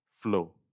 flow